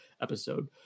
episode